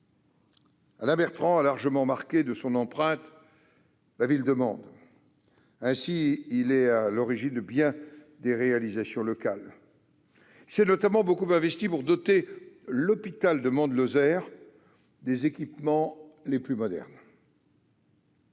Alain Bertrand a largement marqué de son empreinte la ville de Mende. Ainsi est-il à l'origine de bien des réalisations locales : il s'est notamment beaucoup investi pour doter l'hôpital de Mende Lozère des équipements les plus modernes.